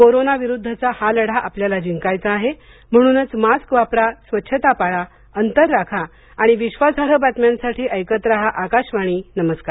corona विरुद्धचा हा लढा आपल्याला जिंकायचा आहे म्हणूनच मास्क वापरा स्वच्छता पाळा अंतर राखा आणि विश्वासार्ह बातम्यांसाठी ऐकत रहा आकाशवाणी नमस्कार